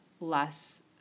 less